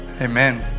Amen